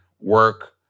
work